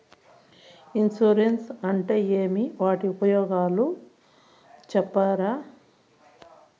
Insurance అంటే ఏమి? వాటి ఉపయోగాలు సెప్తారా?